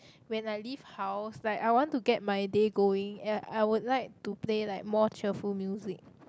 when I leave house like I want to get my day going and I would like to play like more cheerful music